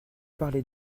parler